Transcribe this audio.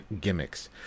gimmicks